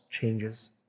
changes